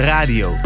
Radio